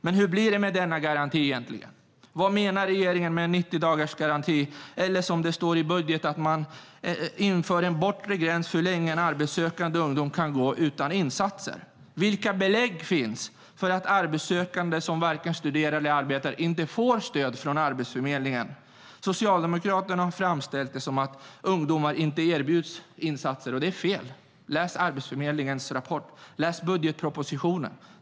Men hur blir det med denna garanti egentligen? Vad menar regeringen med en 90-dagarsgaranti eller, som det står i budgeten, att införa en bortre gräns för hur länge en arbetssökande ungdom kan gå utan insatser? Vilka belägg finns för att arbetssökande som varken studerar eller arbetar inte får stöd från Arbetsförmedlingen? Socialdemokraterna har framställt det som att unga inte erbjuds insatser, och det är fel. Läs Arbetsförmedlingens rapport! Läs budgetpropositionen!